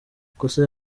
ikosa